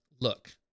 look